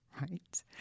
right